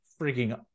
freaking